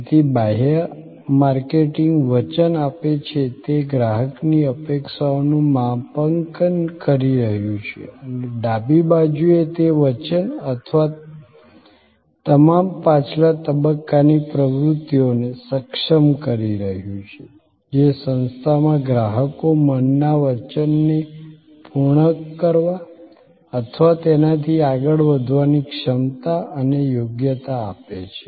તેથી બાહ્ય માર્કેટિંગ વચન આપે છે તે ગ્રાહકની અપેક્ષાઓનું માપાંકન કરી રહ્યું છે અને ડાબી બાજુએ તે વચન અથવા તમામ પાછલા તબક્કાની પ્રવૃત્તિઓને સક્ષમ કરી રહ્યું છે જે સંસ્થામાં ગ્રાહકો મનના વચનને પૂર્ણ કરવા અથવા તેનાથી આગળ વધવાની ક્ષમતા અને યોગ્યતા આપે છે